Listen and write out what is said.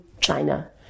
China